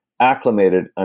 acclimated